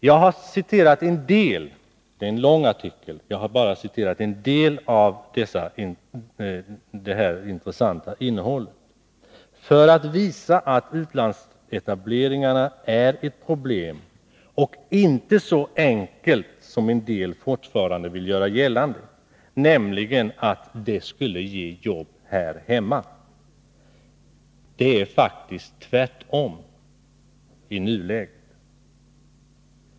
Jag har bara återgivit en del av denna långa, intressanta artikels innehåll för att visa att utlandsetableringarna är ett problem och att det inte är så enkelt som en del fortfarande vill göra gällande, nämligen att de skulle ge jobb här hemma. Det är faktiskt tvärtom i nuläget.